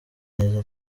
neza